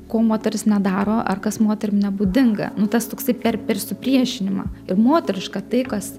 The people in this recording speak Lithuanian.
ko moteris nedaro ar kas moterim nebūdinga nu tas toksai per per supriešinimą ir moteriška tai kas